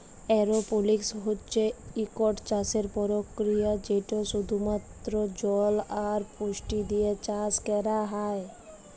এরওপলিক্স হছে ইকট চাষের পরকিরিয়া যেটতে শুধুমাত্র জল আর পুষ্টি দিঁয়ে চাষ ক্যরা হ্যয়